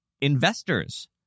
Investors